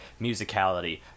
musicality